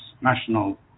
national